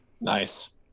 Nice